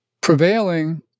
prevailing